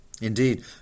Indeed